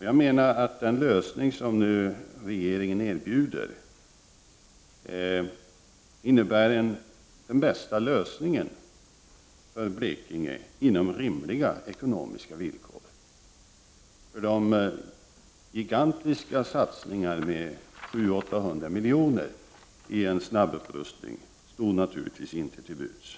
Jag menar att den lösning som regeringen nu erbjuder är den bästa lösningen för Blekinge inom rimliga ekonomiska villkor. Några gigantiska satsningar med 700-800 miljo Prot. 1989/90:43 ner i en snabbutrustning står naturligtvis inte till buds.